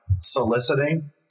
soliciting